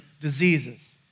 diseases